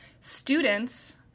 students